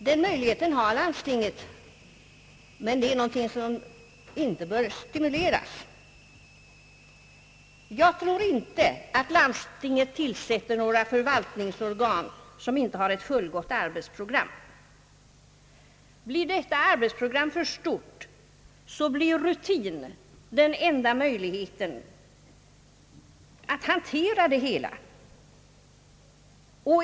Den möjligheten har landstinget, men det är något som inte bör stimuleras. Jag tror inte att landstinget utser några förvaltningsorgan som inte har ett fullgott arbetsprogram. Blir arbetsprogrammet för stort, är rutin den enda möjligheten att hantera det hela.